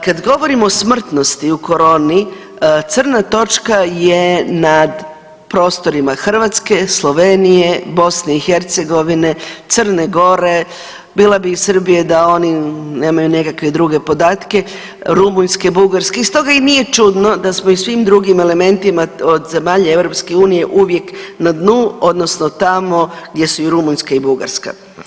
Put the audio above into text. Kad govorimo o smrtnosti u koroni crna točka je nad prostorima Hrvatske, Slovenije, BiH, Crne Gore bila bi i Srbije da oni nemaju nekakve druge podatke, Rumunjske, Bugarske i stoga i nije čudno da smo i u svim drugim elementima od zemalja EU uvijek na dnu odnosno tamo gdje su i Rumunjska i Bugarska.